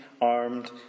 armed